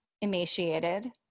emaciated